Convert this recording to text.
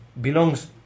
belongs